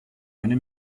eine